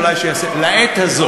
מן הראוי, אני אוסיף לך משהו: לעת הזאת.